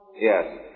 yes